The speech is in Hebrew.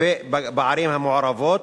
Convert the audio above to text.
ובערים המעורבות.